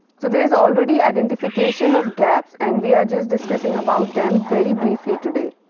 so, there is already identification of gaps and we are just discussing about them very briefly today.